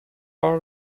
are